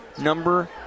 number